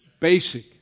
Basic